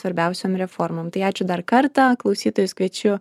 svarbiausiom reformom tai ačiū dar kartą klausytojus kviečiu